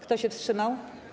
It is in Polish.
Kto się wstrzymał?